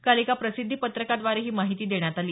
काल एका प्रसिद्धी पत्रकाद्वारे ही माहिती देण्यात आली